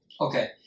Okay